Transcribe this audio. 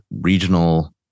regional